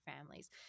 families